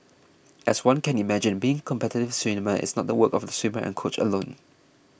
as one can imagine being a competitive swimmer is not the work of the swimmer and coach alone